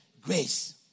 grace